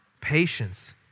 patience